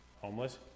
Homeless